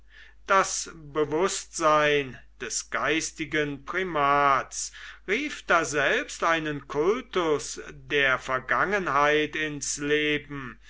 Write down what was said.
das bewußtsein des geistigen primats rief daselbst einen kultus der vergangenheit ins leben